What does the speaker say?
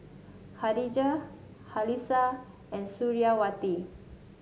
Khadija Khalish and Suriawati